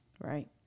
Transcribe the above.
Right